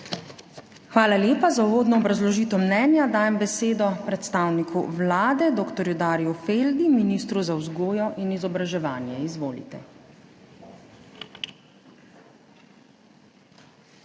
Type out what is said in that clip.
Hvala lepa za uvodno obrazložitev mnenja. Dajem besedo predstavniku Vlade, dr. Darju Feldi, ministru za vzgojo in izobraževanje. Izvolite.